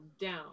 down